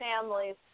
families